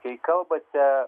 kai kalbate